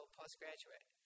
postgraduate